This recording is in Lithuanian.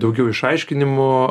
daugiau išaiškinimų